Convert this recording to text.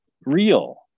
real